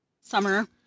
Summer